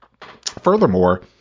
Furthermore